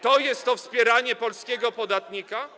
To jest to wspieranie polskiego podatnika?